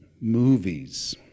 movies